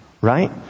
right